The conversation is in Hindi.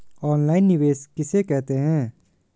ऑनलाइन निवेश किसे कहते हैं?